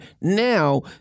now